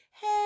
Hey